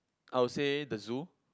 I would say the zoo